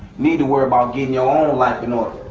need to worry about getting your own life you know